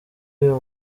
uyu